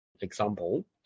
example